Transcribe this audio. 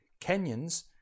Kenyans